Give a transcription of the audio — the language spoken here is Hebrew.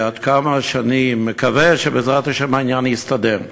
אני מקווה שבעזרת השם העניין יסתדר.